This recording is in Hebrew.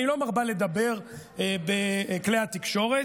היא לא מרבה לדבר בכלי התקשורת,